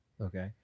okay